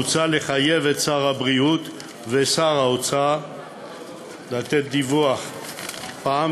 מוצע לחייב את שר הבריאות ושר האוצר לתת דיווח פעם